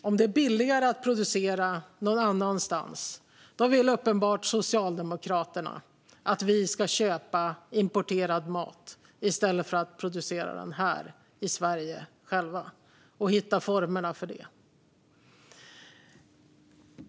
Om det är billigare att producera någon annanstans vill Socialdemokraterna uppenbarligen att vi ska köpa importerad mat i stället för att själva producera den här i Sverige och hitta formerna för det.